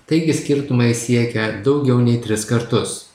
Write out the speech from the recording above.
taigi skirtumai siekia daugiau nei tris kartus